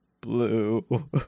blue